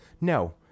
No